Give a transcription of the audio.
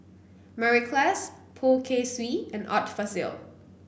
Mary Klass Poh Kay Swee and Art Fazil